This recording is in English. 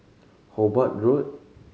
Hobart Road